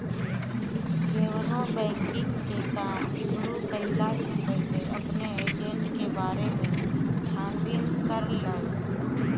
केवनो बैंकिंग के काम शुरू कईला से पहिले अपनी एजेंट के बारे में छानबीन कर लअ